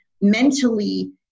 mentally